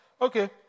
Okay